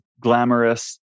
glamorous